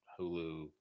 Hulu